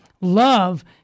love